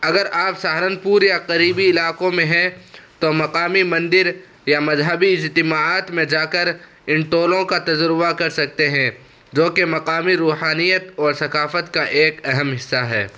اگر آپ سہارنپور یا قریبی علاقوں میں ہیں تو مقامی مندر یا مذہبی اجتماعات میں جا کر ان ٹولوں کا تجربہ کر سکتے ہیں جوکہ مقامی روحانیت اور ثقافت کا ایک اہم حصہ ہے